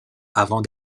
avant